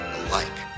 alike